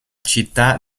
città